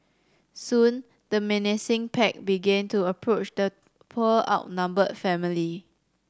soon the menacing pack began to approach the poor outnumbered family